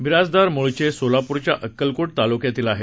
बिराजदार मूळचे सोलापूरच्या अक्कलकोट तालुक्यातील आहेत